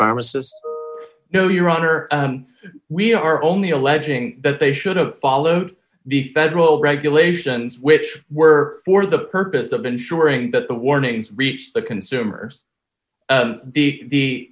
pharmacist d no your honor we are only alleging that they should have followed the federal regulations which were for the purpose of ensuring that the warnings reached the consumers the